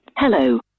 Hello